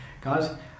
guys